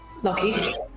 Lucky